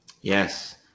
Yes